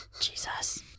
Jesus